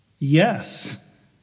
Yes